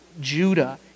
Judah